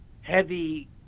heavy